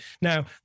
Now